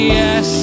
yes